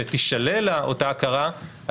ותישלל אותה הכרה,